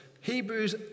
Hebrews